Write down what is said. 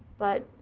but